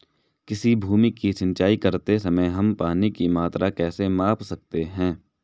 किसी भूमि की सिंचाई करते समय हम पानी की मात्रा कैसे माप सकते हैं?